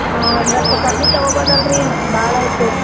ಹಾಂ ಸ್ವಲ್ಪ ಕಮ್ಮಿ ತಗೋಬೋದಲ್ಲ ರೀ ಭಾಳ ಆಯಿತು